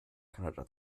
kanada